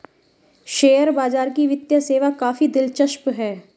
share बाजार की वित्तीय सेवा काफी दिलचस्प है